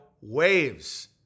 waves